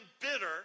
bitter